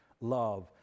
love